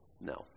no